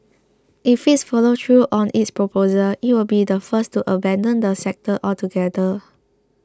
if it follows through on its proposal it would be the first to abandon the sector altogether